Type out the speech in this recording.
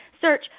search